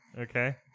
okay